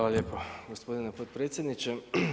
lijepo gospodine potpredsjedniče.